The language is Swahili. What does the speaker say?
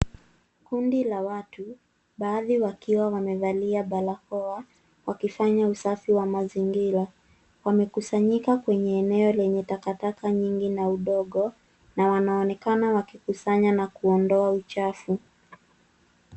Kundi la watu, baadhi wakiwa wamevalia barako, wakifanya usafi wa mazingira. Wamekusanyika kwenye eneo lenye takataka nyingi na udongo, na wanaonekana wakikusanya na kuondoa uchafu.